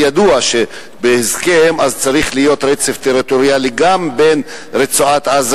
הרי ידוע שבהסכם צריך להיות רצף טריטוריאלי גם בין רצועת-עזה,